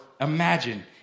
imagine